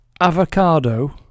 Avocado